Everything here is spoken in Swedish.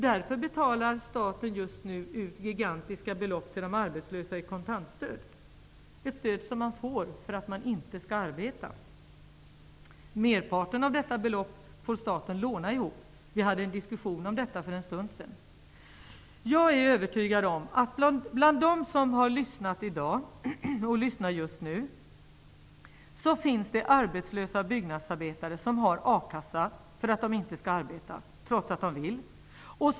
Därför betalar staten just nu ut gigantiska belopp till de arbetslösa i kontantstöd. Det är ett stöd som man får för att man inte skall arbeta. Merparten av detta belopp får staten låna ihop. Vi hade en diskussion om detta för en stund sedan. Jag är övertygad om att det bland dem som har lyssnat i dag och som lyssnar just nu finns arbetslösa byggnadsarbetare som har a-kassa för att de inte skall arbeta, trots att de vill arbeta.